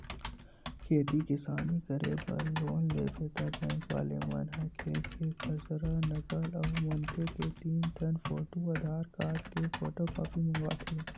खेती किसानी करे बर लोन लेबे त बेंक वाले मन ह खेत के खसरा, नकल अउ मनखे के तीन ठन फोटू, आधार कारड के फोटूकापी मंगवाथे